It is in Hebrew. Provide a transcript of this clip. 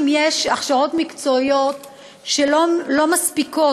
אם יש הכשרות מקצועיות לא מספיקות,